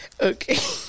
Okay